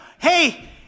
hey